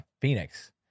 Phoenix